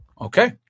Okay